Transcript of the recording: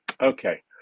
okay